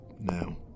Now